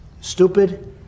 stupid